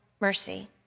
mercy